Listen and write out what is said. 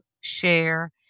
share